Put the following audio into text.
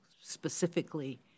specifically